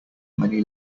many